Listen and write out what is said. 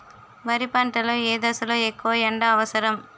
వరి పంట లో ఏ దశ లొ ఎక్కువ ఎండా అవసరం?